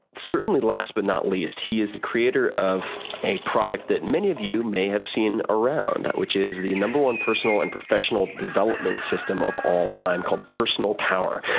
certainly, last but not least, he is the creator of a product that many of you may have seen around, which is the no. one personal and professional development system of all time called personal power.